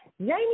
Jamie